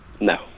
No